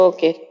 Okay